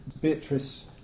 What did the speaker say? Beatrice